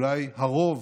אולי הרוב,